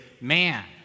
man